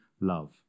love